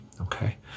okay